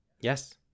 Yes